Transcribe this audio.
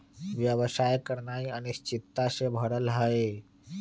व्यवसाय करनाइ अनिश्चितता से भरल हइ